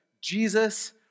Jesus